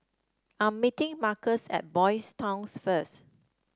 I'm meeting Marcus at Boys' Town first